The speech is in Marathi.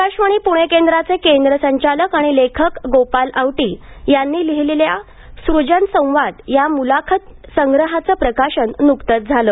आकाशवाणीच्या प्णे केंद्राचे केंद्र संचालक आणि लेखक गोपाल आवटी यांनी लिहिलेल्या सूजन संवाद या मुलाखत संग्रहाचं प्रकाशन नुकतंच झालं